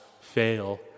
fail